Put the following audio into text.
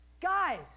Guys